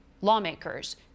lawmakers